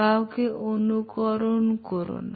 কাউকে অনুকরণ করো না